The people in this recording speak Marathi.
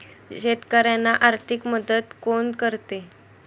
शेतकऱ्यांना आर्थिक मदत कोण करते?